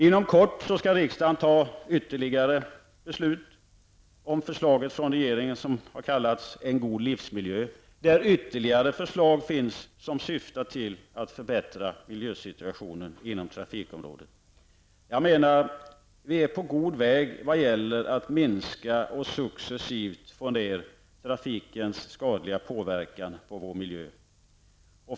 Inom kort kommer riksdagen att fatta ytterligare beslut om det förslag från regeringen som har kallats En god livsmiljö, där regeringen framför fler förslag som syftar till att förbättra miljösituationen inom trafikområdet. Jag menar att vi är på god väg vad gäller att successivt få ner trafikens skadliga påverkan på vår miljö.